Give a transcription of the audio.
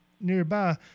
nearby –